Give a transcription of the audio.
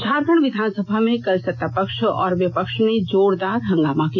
झारखंड विधानसभा में कल सत्ता पक्ष और विपक्ष ने जोरदार हंगामा किया